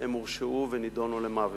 הם הורשעו ונידונו למוות,